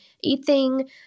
eating